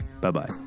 Bye-bye